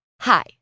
Hi